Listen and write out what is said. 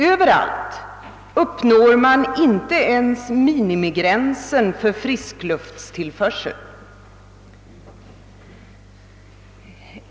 Inte någonstans uppnås ens minimigränsen för frisklufttillförsel.